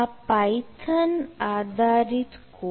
આ પાયથન આધારિત કોડ છે